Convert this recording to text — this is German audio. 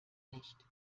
nicht